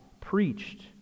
preached